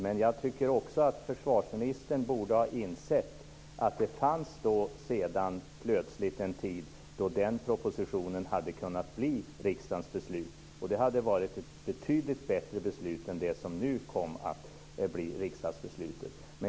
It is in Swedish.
Men jag tycker att försvarsministern borde ha insett att det plötsligt skulle komma en tid då den propositionen hade kunnat bli riksdagens beslut. Det hade varit ett betydligt bättre beslut än det som nu kom att bli riksdagsbeslutet.